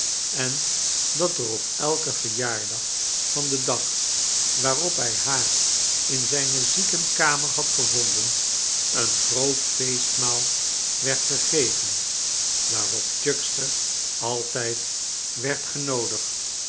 en dat er op elken verjaardag van den dag waarop hij haar in zijne ziekenkamer had gevonden een groot feestmaal werd gegeven waarop chuckster altijd werd genoodigd